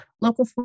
Local